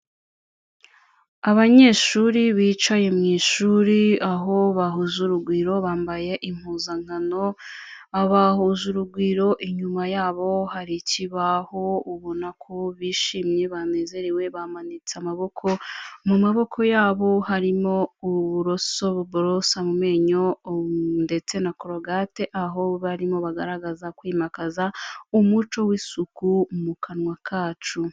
Abanyeshuri bicaye mu ishuri, aho bahuza urugwiro, bambaye impuzankano, bahuje urugwiro, inyuma yabo hari ikibaho, ubona ko bishimye banezerewe, bamanitse amaboko, mu maboko yabo harimo uburoso buboorosa mu menyo, ndetse na Colgate, aho barimo bagaragaza kwimakaza umuco w'isuku mu kanwa kacu.